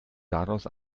daraus